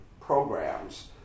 programs